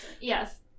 Yes